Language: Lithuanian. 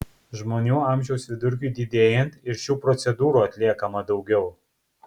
žmonių amžiaus vidurkiui didėjant ir šių procedūrų atliekama daugiau